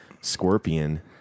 scorpion